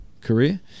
career